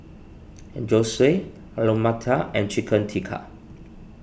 Zosui Alu Matar and Chicken Tikka